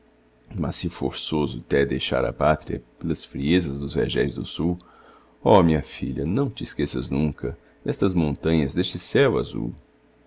mas se forçoso té deixar a pátria pelas friezas dos vergéis do sul ó minha filha não tesqueças nunca destas montanhas deste céu azul